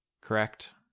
correct